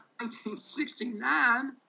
1969